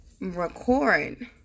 record